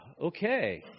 okay